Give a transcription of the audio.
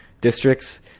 districts